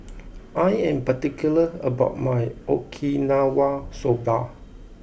I am particular about my Okinawa Soba